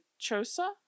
chosa